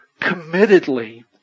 committedly